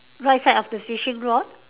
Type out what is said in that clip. right side of the fishing rod